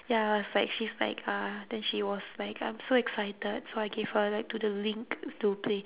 ya I was like she's like uh then she was like I'm so excited so I gave her like to the link to play